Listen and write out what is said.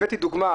הבאתי דוגמה,